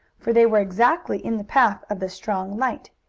for they were exactly in the path of the strong light.